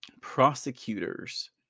Prosecutors